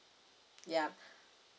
yup